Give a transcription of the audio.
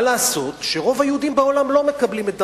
מה לעשות שרוב היהודים בעולם לא מקבלים את דרכך,